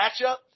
matchup